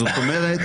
זאת אומרת